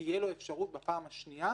תהיה לו אפשרות בפעם השנייה,